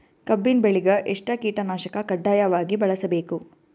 ಕಬ್ಬಿನ್ ಬೆಳಿಗ ಎಷ್ಟ ಕೀಟನಾಶಕ ಕಡ್ಡಾಯವಾಗಿ ಬಳಸಬೇಕು?